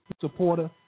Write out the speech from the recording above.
supporter